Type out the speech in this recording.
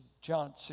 John